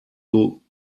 you